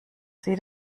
sie